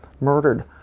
murdered